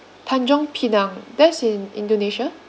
tanjung pinang that's in indonesia